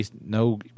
no